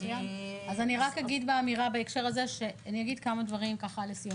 אני אגיד כמה דברים לסיום.